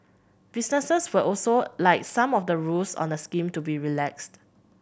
businesses would also like some of the rules on the scheme to be relaxed